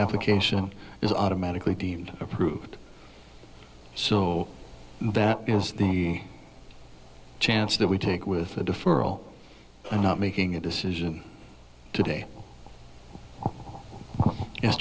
application is automatically deemed approved so that is the chance that we take with a deferral and not making a decision today yes